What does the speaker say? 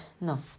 No